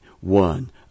one